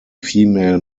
female